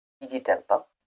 Digital